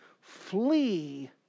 flee